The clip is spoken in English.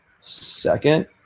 second